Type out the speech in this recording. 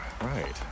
Right